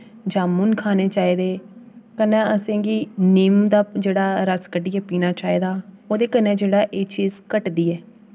जामुन खाने चाहिदे कन्नै असेंगी निम्म दा जेह्ड़ा रस कड्ढियै पीना चाहिदा ओह्दे कन्नै जेह्ड़ा एह् चीज घटदी ऐ